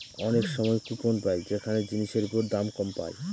অনেক সময় কুপন পাই যেখানে জিনিসের ওপর দাম কম পায়